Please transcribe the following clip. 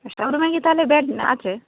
সব রকমেরই তাহলে বেড আছে